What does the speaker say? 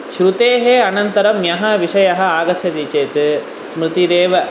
श्रुतेः अनन्तरं यः विषयः आगच्छति चेत् स्मृतिरेव